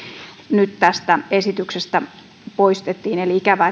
nyt tästä esityksestä poistettiin ikävää